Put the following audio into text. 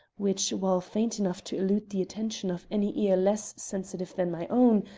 which, while faint enough to elude the attention of any ear less sensitive than my own,